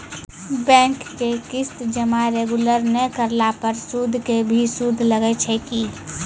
Bank के किस्त जमा रेगुलर नै करला पर सुद के भी सुद लागै छै कि?